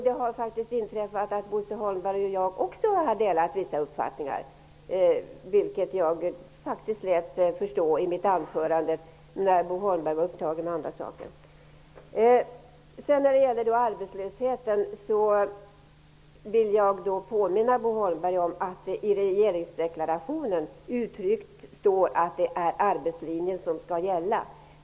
Det har faktiskt också inträffat att Bo Holmberg och jag har haft samma uppfattning i vissa frågor. Det lät jag förstå när jag höll mitt huvudanförande. Men Bo Holmberg var då upptagen med andra saker. När det gäller arbetslösheten vill jag påminna Bo Holmberg om att det i regeringsdeklarationen uttryckligen står att det är arbetslinjen som skall gälla.